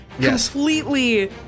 completely